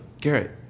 Garrett